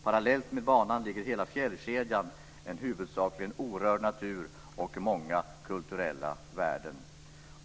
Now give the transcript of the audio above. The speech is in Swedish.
Parallellt med banan ligger hela fjällkedjan med huvudsakligen orörd natur och många kulturella värden.